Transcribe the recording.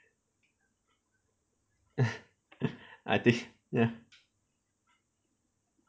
I think ya